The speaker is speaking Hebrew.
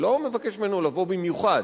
אני לא מבקש ממנו לבוא במיוחד,